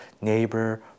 neighbor